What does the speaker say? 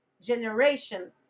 generation